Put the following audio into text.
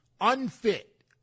unfit